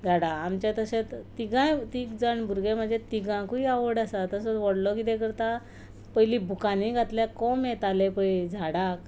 झाडां आमचें तशेंच तिगाय तीग जाण भुरगे म्हजे तिगांकूय आवड आसा तसोच व्हडलो कितें करता पयलीं बुकांनी घातल्यार कोंब येताले पळय झाडाक